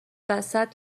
وسط